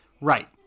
Right